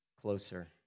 closer